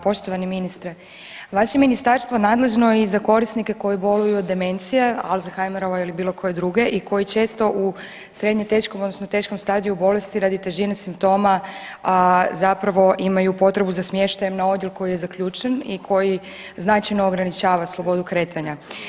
Poštovani ministre vaše ministarstvo nadležno je i za korisnike koji boluju od demencije, Alzheimera ili bilo koje druge i koji često u srednje teškom, odnosno teškom stadiju bolesti radi težine simptoma zapravo imaju potrebu za smještajem na odjelu koji je zaključen i koji značajno ograničava slobodu kretanja.